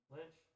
Lynch